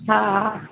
हा हा